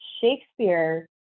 Shakespeare